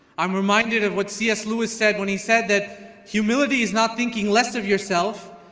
i'm reminded of what c s lewis said when he said that humility is not thinking less of yourself,